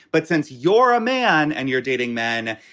but since you're a man and you're dating men,